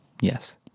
yes